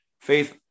Faith